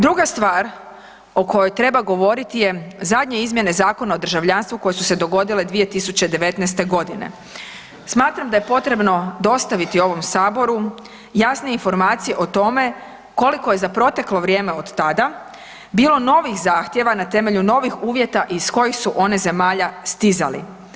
Druga stvar o kojoj treba govoriti je zadnje izmjene Zakona o državljanstvu koje su se dogodile 2019.g. Smatram da je potrebno dostaviti ovom Saboru jasnije informacije o tome koliko je za proteklo vrijeme od tada bilo novih zahtjeva na temelju novih uvjeta iz kojih su one zemalja stizali.